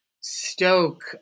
stoke